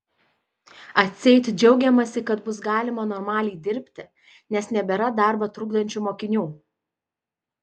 atseit džiaugiamasi kad bus galima normaliai dirbti nes nebėra darbą trukdančių mokinių